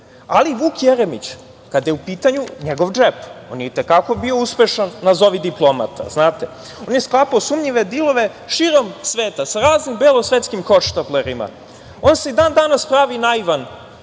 Vuk Jeremić, kada je u pitanju njegov džep, on je itekako bio uspešan nazovi diplomata. On je sklapao sumnjive dilove širom sveta, sa raznim belosvetskim hohštaplerima. On se i dan danas pravi naivan